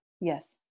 Yes